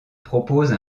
propose